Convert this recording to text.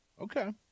Okay